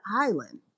Island